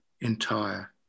entire